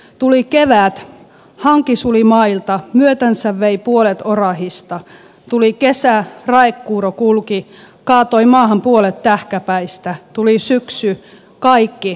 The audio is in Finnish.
tuli kevät hanki suli mailta myötänsä vei puolet orahista tuli kesä raekuuro kulki kaatoi maahan puolet tähkäpäistä tuli syksy kaikki ryösti halla